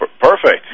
Perfect